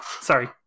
Sorry